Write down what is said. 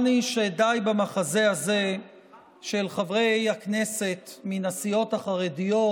אני מחזיק כאן מכתב של משרד המשפטים שמיועד לרב הכותל,